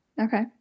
Okay